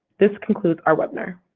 this concludes our webinar.